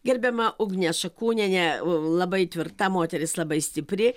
gerbiama ugnė šakūnienė labai tvirta moteris labai stipri